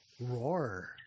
roar